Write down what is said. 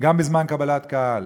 גם בזמן קבלת קהל.